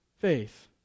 faith